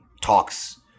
talks